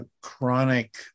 chronic